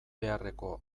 beharreko